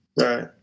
Right